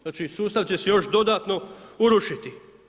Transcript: Znači sustav će se još dodatno urušiti.